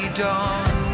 dawn